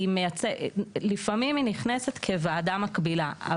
לפעמים היא נכנסת כוועדה מקבילה,